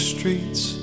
Street's